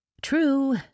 True